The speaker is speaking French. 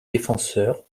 défenseur